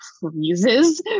freezes